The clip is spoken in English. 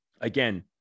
again